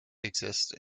exist